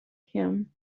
him